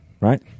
Right